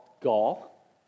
Gaul